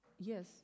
Yes